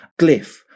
glyph